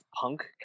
punk